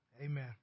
Amen